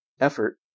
effort